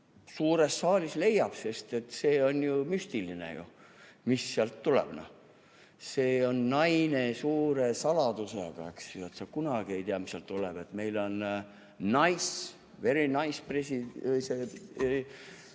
suur saal seda leiab, sest et see on ju müstiline, mis sealt tuleb. See on naine suure saladusega, eks ju, sa kunagi ei tea, mis sealt tuleb: et meil onnice, very nicepresident